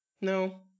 no